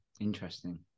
interesting